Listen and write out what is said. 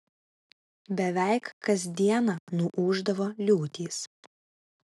beveik kas dieną nuūždavo liūtys